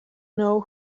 know